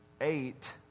eight